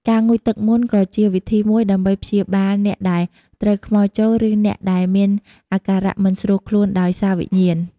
ការងូតទឹកមន្តក៏ជាវិធីមួយដើម្បីព្យាបាលអ្នកដែលត្រូវខ្មោចចូល ឬអ្នកដែលមានអាការៈមិនស្រួលខ្លួនដោយសារវិញ្ញាណ។